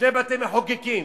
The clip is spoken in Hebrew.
שני בתי-מחוקקים.